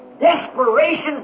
Desperation